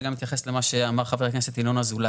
ואני גם אתייחס למה שאמר חבר הכנסת ינון אזולאי,